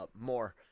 more